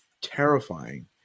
terrifying